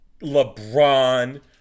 LeBron